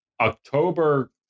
October